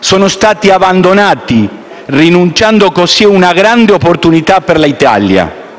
sono state abbandonate, rinunciando così ad una grande opportunità per l'Italia.